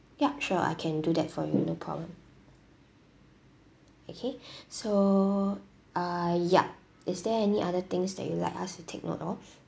ya sure I can do that for you no problem okay so uh yup is there any other things that you like us to take note of